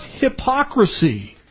hypocrisy